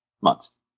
Months